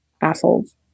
assholes